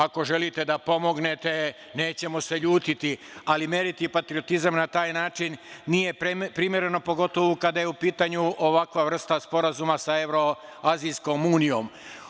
Ako želite da pomognete, nećemo se ljutiti, ali meriti patriotizam na taj način nije primereno, pogotovo kada je u pitanju ovakva vrsta sporazuma sa Evroazijskom unijom.